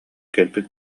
кэлбит